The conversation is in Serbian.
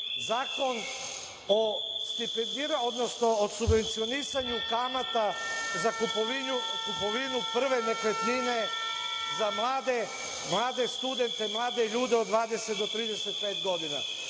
Zakon o subvencionisanju kamata za kupovinu prve nekretnine za mlade, mlade studente, mlade ljude od 20 do 35 godina.